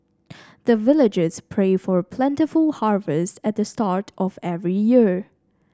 the villagers pray for plentiful harvest at the start of every year